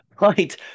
right